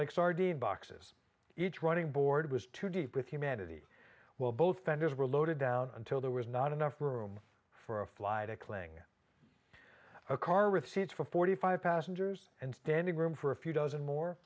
like sardines boxes each running board was too deep with humanity well both vendors were loaded down until there was not enough room for a fly to cling to a car with seats for forty five passengers and standing room for a few dozen more